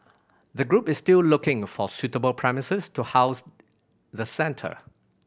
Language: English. the group is still looking for suitable premises to house the centre